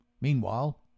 Meanwhile